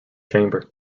chamber